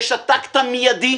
יש את הטקט המיידי